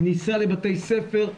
כניסה לבתי ספר,